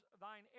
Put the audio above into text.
thine